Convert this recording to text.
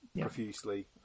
profusely